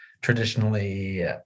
traditionally